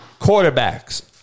quarterbacks